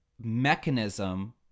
mechanism